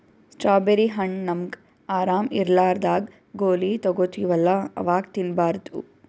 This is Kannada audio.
ಸ್ಟ್ರಾಬೆರ್ರಿ ಹಣ್ಣ್ ನಮ್ಗ್ ಆರಾಮ್ ಇರ್ಲಾರ್ದಾಗ್ ಗೋಲಿ ತಗೋತಿವಲ್ಲಾ ಅವಾಗ್ ತಿನ್ಬಾರ್ದು